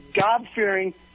God-fearing